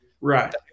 Right